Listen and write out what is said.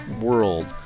World